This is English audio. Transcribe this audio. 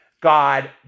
God